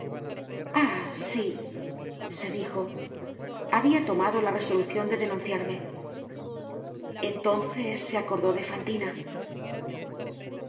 ah sí se dijo habia tomado la resolucion de denunciarme entonces se acordó de fantina